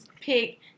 pick